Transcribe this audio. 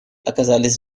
оказались